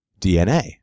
DNA